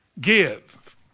give